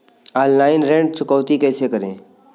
Online ऋण चुकौती कैसे करें?